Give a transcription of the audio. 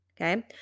Okay